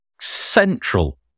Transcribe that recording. central